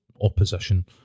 opposition